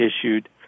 issued